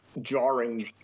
jarring